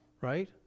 right